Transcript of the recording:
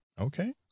Okay